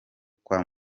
kwa